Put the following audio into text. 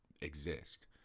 exist